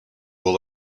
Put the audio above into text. will